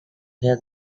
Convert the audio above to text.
hear